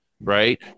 right